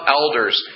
elders